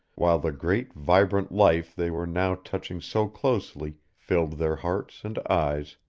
while the great vibrant life they were now touching so closely filled their hearts and eyes,